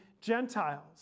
Gentiles